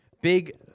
Big